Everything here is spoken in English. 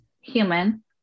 human